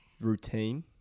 routine